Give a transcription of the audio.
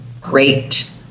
great